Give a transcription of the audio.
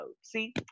See